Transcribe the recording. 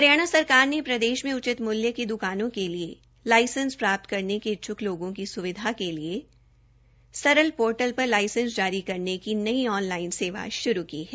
हरियाणा सरकार ने प्रदेश में उचित मूलय की दुकानों के लिए लाइसेंस प्राप्त करने इच्छुक लोगों की सुविधा के लिए सरल पोर्टल पर लाइसेंस जारी करने की नई ऑनलाइन सेवा शुरू की है